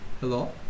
hello